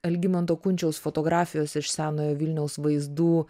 algimanto kunčiaus fotografijos iš senojo vilniaus vaizdų